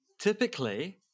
typically